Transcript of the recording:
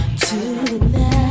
tonight